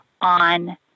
on